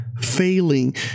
failing